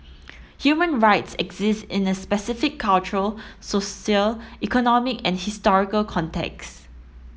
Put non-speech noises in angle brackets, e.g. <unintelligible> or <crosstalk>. human rights exist in the specific cultural <unintelligible> economic and historical contexts